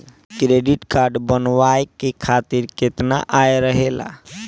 Credit card बनवाए के खातिर केतना आय रहेला?